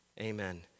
Amen